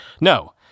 No